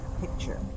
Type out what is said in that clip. picture